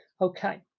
okay